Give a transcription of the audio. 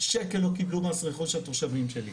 שקל לא קיבלו מס רכוש התושבים שלי.